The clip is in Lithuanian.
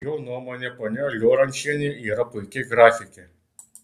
jo nuomone ponia liorančienė yra puiki grafikė